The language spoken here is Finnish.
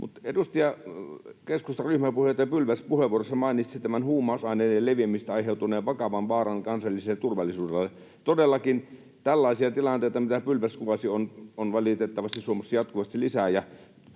Mutta keskustan ryhmäpuheenjohtaja edustaja Pylväs puheenvuorossaan mainitsi tämän huumausaineiden leviämisestä aiheutuneen vakavan vaaran kansalliselle turvallisuudelle. Todellakin tällaisia tilanteita, mitä Pylväs kuvasi, on valitettavasti Suomessa jatkuvasti lisää,